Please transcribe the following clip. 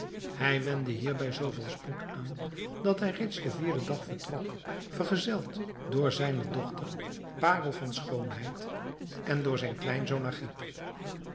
hij wendde hierbij zoo veel spoed aan dat hij reeds den vierden dag vertrok vergezeld door zijne dochter parel van schoonheid en door zijn